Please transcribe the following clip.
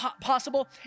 possible